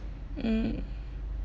mm